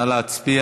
ההצעה להעביר